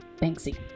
Banksy